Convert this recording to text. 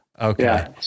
Okay